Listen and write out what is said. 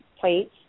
plates